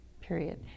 period